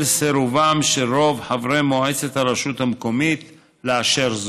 סירובם של רוב חברי מועצת הרשות המקומית לאשר זאת.